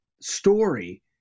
story